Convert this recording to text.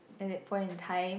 at that point in time